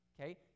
Okay